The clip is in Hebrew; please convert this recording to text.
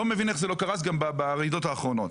ואני לא מבין איך זה לא קרס כבר ברעידות האחרונות.